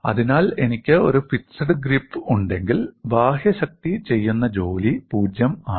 അതിനാൽ എനിക്ക് ഒരു ഫിക്സഡ് ഗ്രിപ് ഉണ്ടെങ്കിൽ ബാഹ്യശക്തി ചെയ്യുന്ന ജോലി 0 ആണ്